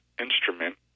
instrument